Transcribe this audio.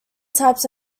types